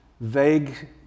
vague